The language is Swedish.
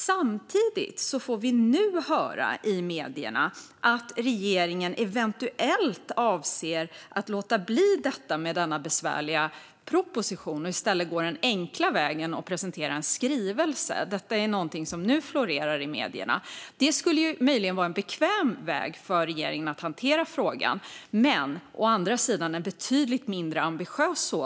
Samtidigt får vi nu höra i medierna att regeringen eventuellt avser att låta bli att hantera en besvärlig proposition och i stället vill gå den enkla vägen och presentera en skrivelse. Det är någonting som florerar i medierna nu. Det skulle möjligen vara ett bekvämt sätt för regeringen att hantera frågan, men å andra sidan skulle det vara ett betydligt mindre ambitiöst sätt.